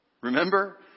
remember